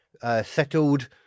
Settled